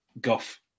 guff